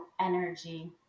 energy